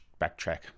backtrack